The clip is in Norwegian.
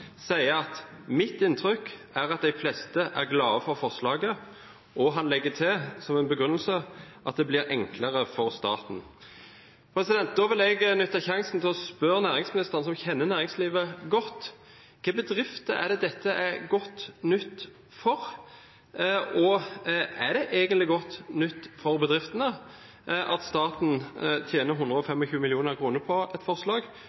sier: «Mitt inntrykk er at dei fleste er glade for forslaget.» Og han legger til som begrunnelse: «… det blir enklare for staten.» Da vil jeg benytte sjansen til å spørre næringsministeren, som kjenner næringslivet godt: Hvilke bedrifter er det dette er godt nytt for? Er det egentlig godt nytt for bedriftene at staten tjener 125 mill. kr på et forslag